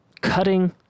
cutting